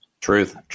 Truth